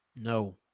No